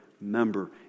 member